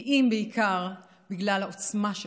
כי אם בעיקר בגלל העוצמה שלכם.